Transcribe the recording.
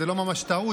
זאת לא ממש טעות,